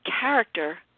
character